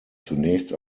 zunächst